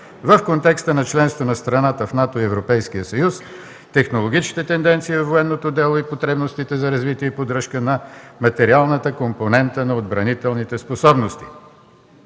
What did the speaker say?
в контекста на членството на страната в НАТО и Европейския съюз. Технологичните тенденции във военното дело и потребностите за развитието и поддръжка на материалната компонента на отбранителните способности.